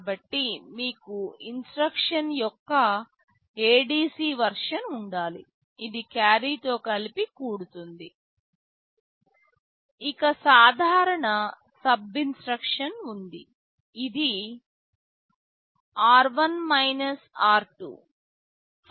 కాబట్టి మీకు ఇన్స్ట్రక్షన్ యొక్క ADC వెర్షన్ ఉండాలి ఇది క్యారీతో కలిపి కూడుతుంది ఇక సాధారణ SUB ఇన్స్ట్రక్షన్ ఉంది ఇది r1 r2 ఫలితం r0 లోకి వెళుతుంది